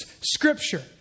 scripture